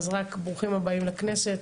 אז ברוכים הבאים לכנסת,